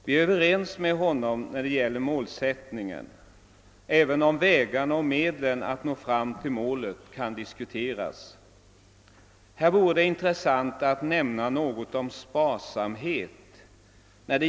Vi är överens med honom när det gäller målsättningen, även om vägarna och medlen att nå fram till målet kan diskuteras. Här vore det intressant att nämna något om sparsamhet.